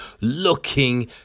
looking